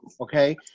Okay